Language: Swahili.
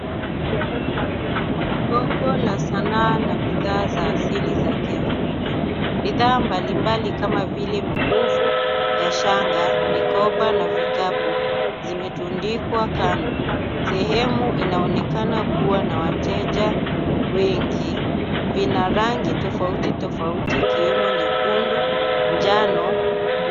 Soko la sanaa na bidhaa za hasili za KiAfrika. Bidhaa mbalimbali kama vile mikufu ya shanga, mikoba na vikapu zimetundikwa kando. Sehemu inaonekana kuwa na wateja wengi. Vina rangi tofauti tofauti ikiwemo nyekundu, njano, bluu.